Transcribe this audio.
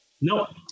no